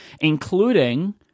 including